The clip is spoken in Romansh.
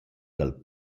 dal